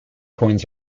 coins